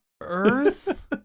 earth